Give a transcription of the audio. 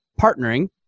partnering